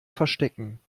verstecken